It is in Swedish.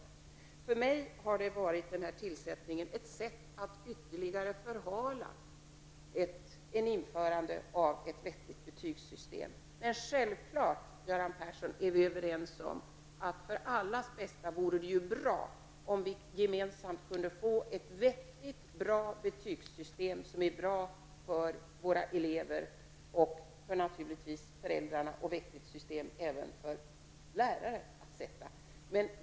Tillsättningen av denna kommitté framstår för mig som ett sätt att ytterligare förhala ett införande av ett vettigt betygssystem. Men vi är självfallet överens om, Göran Persson, att det för allas bästa vore bra om vi gemensamt kunde arbeta fram och få ett vettigt betygssystem som är bra för våra elever och naturligtvis också för föräldrarna, ett system som är vettigt även för de lärare som sätter betyg.